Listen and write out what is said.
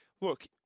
look